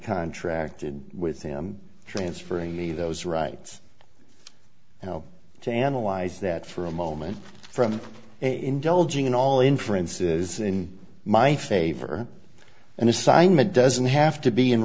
contracted with him transferring me those rights and how to analyze that for a moment from indulging in all inferences in my favor and assignment doesn't have to be in